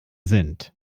sind